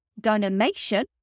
Dynamation